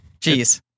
Jeez